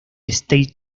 state